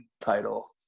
title